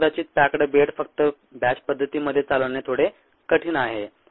तर कदाचित packed bed फक्त बॅच पद्धतीमध्ये चालवणे थोडे कठीण आहे